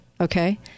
okay